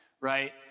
right